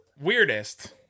weirdest